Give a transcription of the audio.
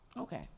Okay